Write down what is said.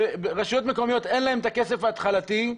שלרשויות מקומיות אין כסף התחלתי.